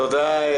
תודה רבה.